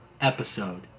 episode